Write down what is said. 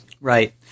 Right